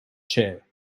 chair